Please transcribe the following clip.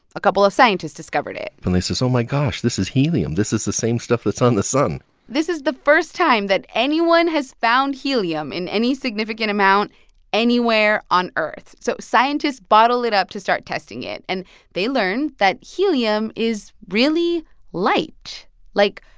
a couple of scientists discovered it and they said, oh, my gosh, this is helium this is the same stuff that's on the sun this is the first time that anyone has found helium in any significant amount anywhere on earth. so scientists bottle it up to start testing it. and they learned that helium is really light like,